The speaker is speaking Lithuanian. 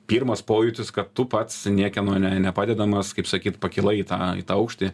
pirmas pojūtis kad tu pats niekieno nepadedamas kaip sakyt pakilai į tą aukštį